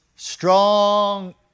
Strong